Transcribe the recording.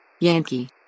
Yankee